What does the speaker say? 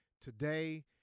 Today